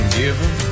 given